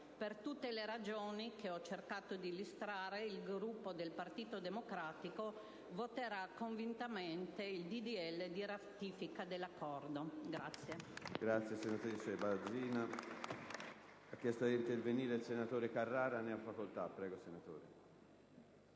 Per tutte le ragioni che ho cercato di illustrare il Gruppo del Partito Democratico voterà convintamente il disegno di legge di ratifica dell'Accordo.